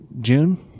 June